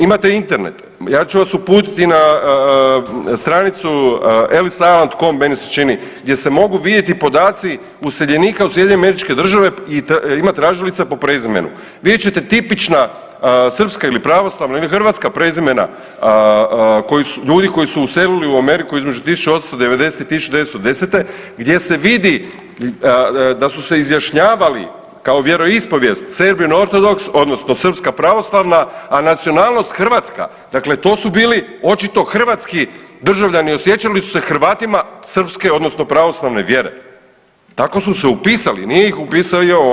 Imate Internet, ja ću vas uputiti na stranicu … meni se čini gdje se mogu vidjeti podaci useljenika u SAD i ima tražilica po prezimenu, vidjet ćete tipična srpska ili pravoslavna ili hrvatska prezimena ljudi koji su uselili u Ameriku između 1890.-1910. gdje se vidi da su se izjašnjavali kao vjeroispovijest serbian otrodoks, odnosno srpska pravoslavna, a nacionalnost hrvatska, dakle to su bili očito hrvatski državljani, osjećali su se Hrvatima srpske odnosno pravoslavne vjere, tako su se upisali nije upisivao